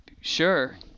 Sure